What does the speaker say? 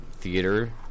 theater